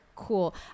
Cool